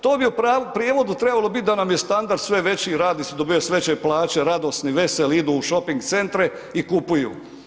To bi u prijevodu trebalo biti da nam je standard sve veći, radi se, dobivaju se veće plaće, radosni, veseli idu u šoping centre i kupuju.